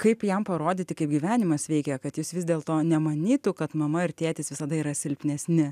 kaip jam parodyti kaip gyvenimas veikia kad jis vis dėlto nemanytų kad mama ir tėtis visada yra silpnesni